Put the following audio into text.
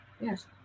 Yes